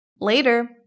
Later